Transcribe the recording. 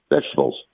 vegetables